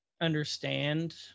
understand